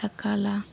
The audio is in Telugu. రకాల